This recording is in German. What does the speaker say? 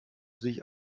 sich